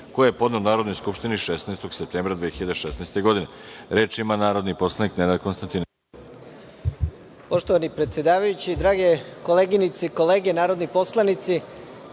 koji je podneo Narodnoj skupštini 16. septembra 2016. godine. Reč ima narodni poslanik Nenad Konstantinović.